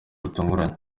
butunguranye